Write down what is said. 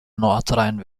nordrhein